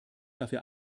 dafür